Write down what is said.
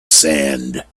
sand